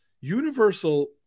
Universal